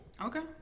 Okay